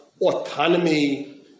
autonomy